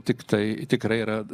tiktai tikrai yra